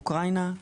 אוקראינה,